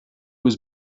was